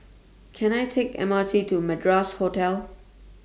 Can I Take M R T to Madras Hotel